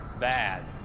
bad.